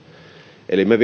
eli me